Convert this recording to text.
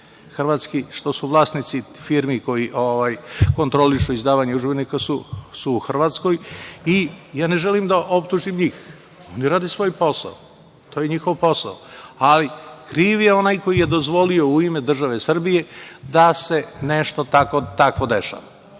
hrvatske firme, vlasnici firmi koji kontrolišu izdavanje udžbenika su u Hrvatskoj. Ne želim da optužim njih, oni rade svoj posao, to je njihov posao, ali kriv je onaj ko je dozvolio u ime države Srbije da se nešto takvo dešava. Imamo